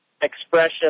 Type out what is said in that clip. expression